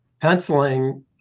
penciling